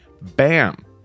bam